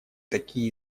такие